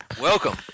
Welcome